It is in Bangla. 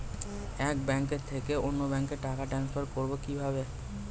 এক ব্যাংক থেকে অন্য ব্যাংকে টাকা ট্রান্সফার করবো কিভাবে?